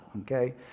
okay